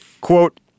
quote